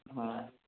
ହଁ